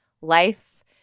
Life